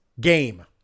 game